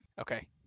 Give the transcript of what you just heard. Okay